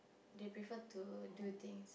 they prefer to do things